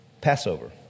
Passover